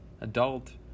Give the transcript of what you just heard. adult